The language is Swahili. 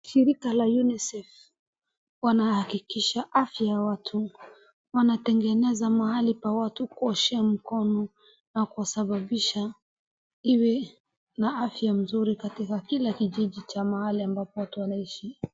shirika la UNICEF wanahakikisha afya ya watu wanatengeneza pahali ya watu kuoshea mikono na kusababisha iwe na afya nzuri katika kila kijiji cha mahali ambapo watu wanaishi